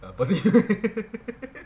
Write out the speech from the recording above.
ah parting ways